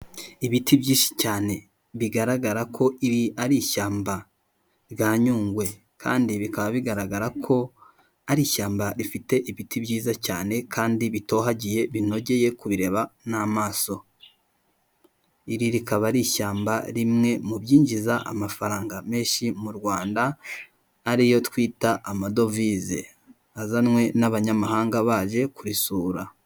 ibiti byinshi cyane bigaragara ko iri ari ishyamba rya Nyungwe kandi bikaba bigaragara ko ari ishyamba rifite ibiti byiza cyane kandi bitohagiye binogeye kubireba n'amasomo, ari ishyamba rimwe mu byinjiza amafaranga menshi mu rwanda ariyo twita amadovize azanwe n'abanyamahanga baje kuri sura.